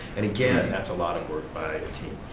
and again that's a lot of work by a team.